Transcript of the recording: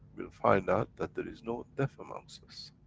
we'll find out that there is no deaf amongst us.